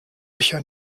löcher